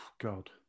God